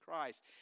Christ